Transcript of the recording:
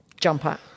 jumper